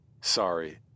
Sorry